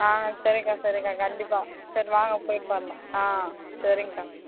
ஆ சரிக்கா சரிக்கா கண்டிப்பாக சரி வாங்க போயிட்டு வரலாம் ஆ சரிங்கக்கா